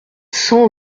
cent